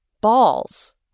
Balls